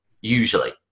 usually